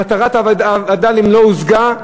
מטרת הווד"לים לא הושגה.